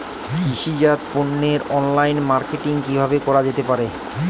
কৃষিজাত পণ্যের online marketing কিভাবে করা যেতে পারে?